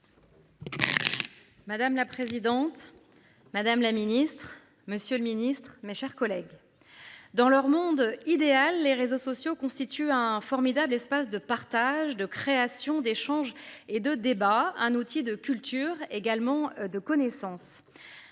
Madame la présidente. Madame la Ministre, Monsieur le Ministre, mes chers collègues. Dans leur monde idéal, les réseaux sociaux constitue un formidable espace de partage de créations, d'échanges et de débats. Un outil de culture également de connaissance.